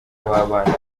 w’abana